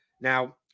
Now